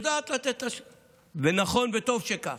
היא יודעת לתת, ונכון, וטוב שכך.